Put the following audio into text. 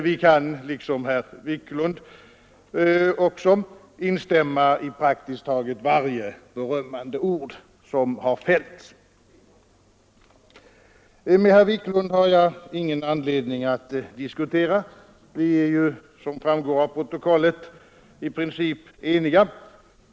Vi kan, liksom herr Wiklund, instämma i praktiskt taget varje berömmande ord som har fällts. Herr Wiklund och jag har ingen anledning att diskutera med varandra — vi är ju, som framgår av utskottsbetänkandet, i princip eniga.